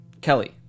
Kelly